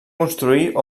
construir